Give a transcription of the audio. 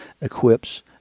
equips